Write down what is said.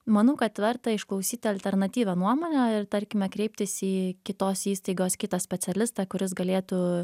manau kad verta išklausyti alternatyvią nuomonę ir tarkime kreiptis į kitos įstaigos kitą specialistą kuris galėtų